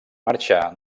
marxà